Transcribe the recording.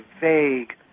vague